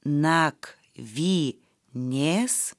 nak vy nės